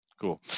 Cool